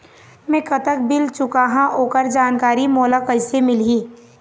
मैं कतक बिल चुकाहां ओकर जानकारी मोला कइसे मिलही?